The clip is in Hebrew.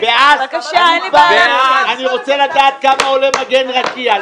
--- אני רוצה לדעת כמה עולה מגן רקיע.